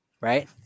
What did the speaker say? right